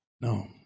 no